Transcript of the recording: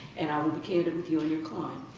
and i would be candid with you and your client.